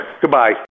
Goodbye